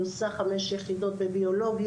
היא עושה חמש יחידות בביולוגיה,